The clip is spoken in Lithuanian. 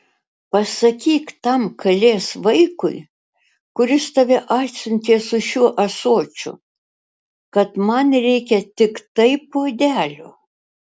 pasakyk tam kalės vaikui kuris tave atsiuntė su šiuo ąsočiu kad man reikia tiktai puodelio